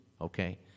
okay